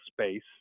space